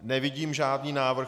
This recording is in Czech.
Nevidím žádný návrh.